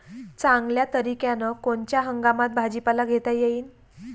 चांगल्या तरीक्यानं कोनच्या हंगामात भाजीपाला घेता येईन?